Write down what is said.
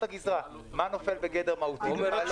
מה נופל בגדר מהותי ומה לא.